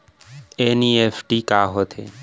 NEFT का होथे?